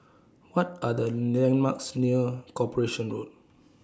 What Are The landmarks near Corporation Road